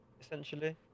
essentially